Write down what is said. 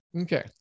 Okay